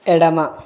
ఎడమ